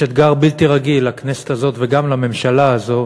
יש אתגר בלתי רגיל לכנסת הזו וגם לממשלה הזו,